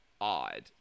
odd